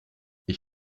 ich